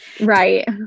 right